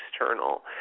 external